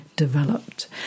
Developed